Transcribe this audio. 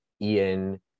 Ian